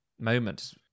moment